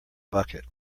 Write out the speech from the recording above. bucket